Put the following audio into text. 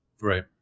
Right